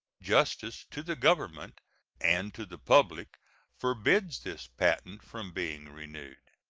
justice to the government and to the public forbids this patent from being renewed.